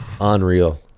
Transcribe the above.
unreal